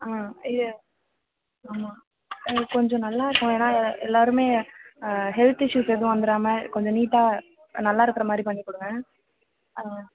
ஆ இல்லை ஆமாம் எங்களுக்கு கொஞ்சம் நல்லாருக்கணும் ஏன்னா எல்லோருமே ஆ ஹெல்த் இஸ்யூஸ் எதுவும் வந்திடாம கொஞ்சம் நீட்டாக நல்லாயிருக்குற மாதிரி பண்ணி கொடுங்க ஆ